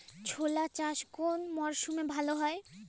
ছোলা চাষ কোন মরশুমে ভালো হয়?